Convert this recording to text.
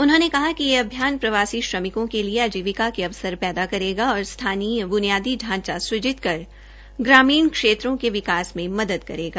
उन्होंने कहा कि यह अभियान प्रवासी श्रमिकों के लिए आजीविका के अवसर पैदा करेगा और स्थानीय बुनियादी ढांचा सृजित कर ग्रामीण क्षेत्रों के विकास में मदद करेगा